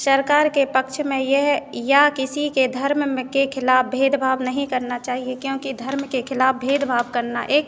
सरकार के पक्ष में यह या किसी के धर्म में के खिलाफ़ भेदभाव नहीं करना चाहिए क्योंकि धर्म के खिलाफ़ भेदभाव करना एक